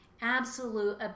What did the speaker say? absolute